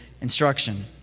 instruction